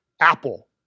Apple